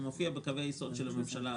הוא מופיע בקווי היסוד של הממשלה.